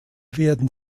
werden